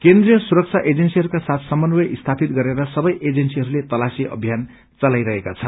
केन्द्रिय सुरक्षा एजेन्सीहरूका साथ समन्वय स्थापित गरेर सबै एजेन्सीहरूले तलाशी अभियान चलाइरहेका छन्